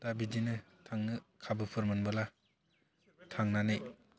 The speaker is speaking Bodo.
दा बिदिनो थांनो खाबुफोर मोनबोला थांनानै